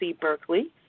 Berkeley